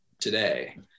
today